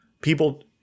people